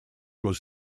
was